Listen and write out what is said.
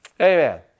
Amen